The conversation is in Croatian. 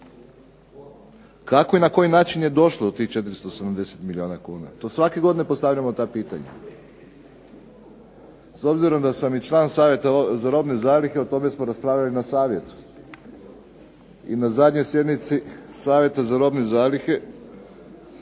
Kako i na koji način je došlo do tih 470 milijuna, to svake godine postavljamo ta pitanja. S obzirom da sam član Savjeta za robne zalihe o tome smo raspravljali na Savjetu. I na zadnjoj sjednici Savjeta dogovorili